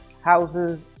houses